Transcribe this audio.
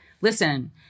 listen